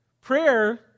Prayer